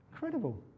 Incredible